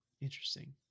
interesting